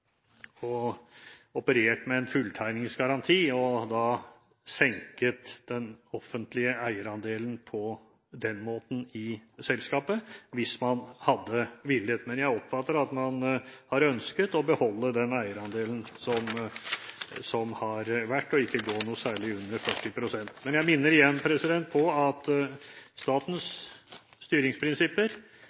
å operere med en fulltegningsgaranti og på den måten senket den offentlige eierandelen i selskapet hvis man hadde villet. Men jeg oppfatter at man har ønsket å beholde den eierandelen som har vært, og ikke gå noe særlig under 40 pst. Jeg minner igjen på at statens styringsprinsipper